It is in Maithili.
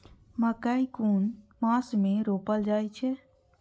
मकेय कुन मास में रोपल जाय छै?